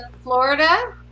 Florida